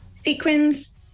Sequins